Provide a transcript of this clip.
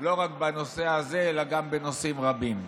לא רק בנושא הזה אלא גם בנושאים רבים.